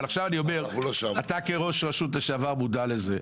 אני אומר: אתה, כראש רשות לשעבר, מודע לזה.